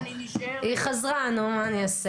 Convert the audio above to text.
היא חזרה, נו, מה אני אעשה?